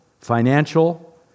financial